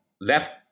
left